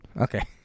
Okay